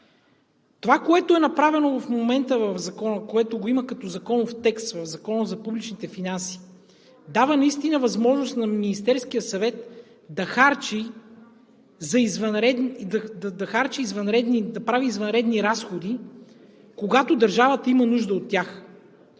Това, което е направено в момента в Закона, което го има като законов текст в Закона за публичните финанси, дава наистина възможност на Министерския съвет да прави извънредни разходи, когато държавата има нужда от тях.